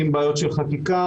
עם בעיות של חקיקה,